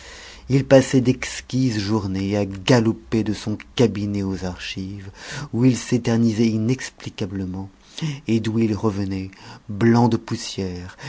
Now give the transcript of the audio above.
il passait d'exquises journées à galoper de son cabinet aux archives où il s'éternisait inexplicablement et d'où il revenait blanc de poussière